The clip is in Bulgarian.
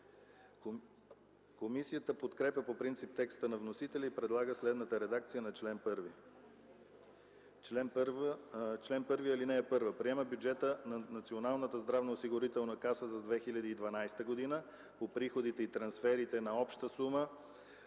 Комисията подкрепя по принцип текста на вносителя и предлага следната редакция на чл. 1: Чл. 1. (1) Приема бюджета на Националната здравноосигурителна каса за 2012 г. по приходите и трансферите на обща сума